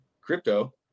crypto